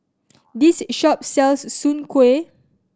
this shop sells Soon Kueh